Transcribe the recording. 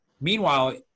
Meanwhile